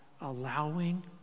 allowing